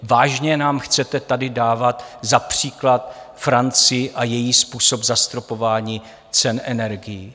Vážně nám tady chcete dávat za příklad Francii a její způsob zastropování cen energií?